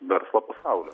verslo pasauliu